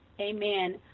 Amen